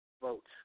votes